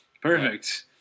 Perfect